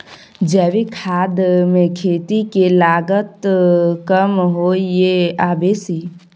जैविक खाद मे खेती के लागत कम होय ये आ बेसी?